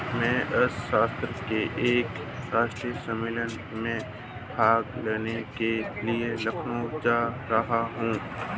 मैं अर्थशास्त्र के एक राष्ट्रीय सम्मेलन में भाग लेने के लिए लखनऊ जा रहा हूँ